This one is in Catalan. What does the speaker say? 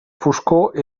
foscor